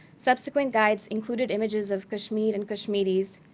subsequent guides included images of kashmir and kashmiris.